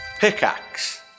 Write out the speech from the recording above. Pickaxe